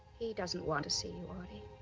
he doesn't want to see you, artie.